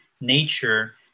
nature